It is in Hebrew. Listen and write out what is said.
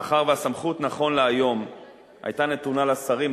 מאחר שהסמכות נכון להיום היתה נתונה לשרים,